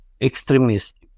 extremists